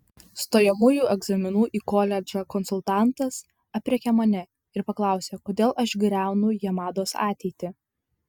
stojamųjų egzaminų į koledžą konsultantas aprėkė mane ir paklausė kodėl aš griaunu jamados ateitį